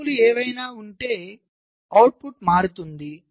మార్పులు ఏదైనా ఉంటే అవుట్పుట్ మారుతుంది